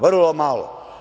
Vrlo malo.